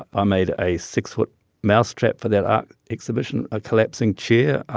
i made a six-foot mousetrap for that art exhibition, a collapsing chair.